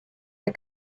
the